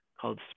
called